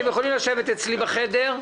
אתם יכולים לשבת בחדר שלי.